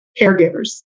caregivers